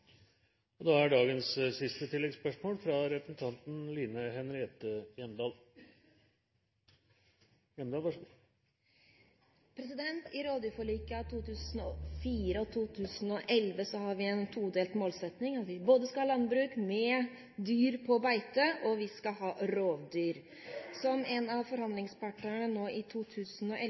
Line Henriette Hjemdal – til dagens siste oppfølgingsspørsmål. I rovdyrforliket av 2004 og 2011 har vi en todelt målsetting: Vi skal både ha landbruk med dyr på beite, og vi skal ha rovdyr. Som en av forhandlingspartene nå i